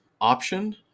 option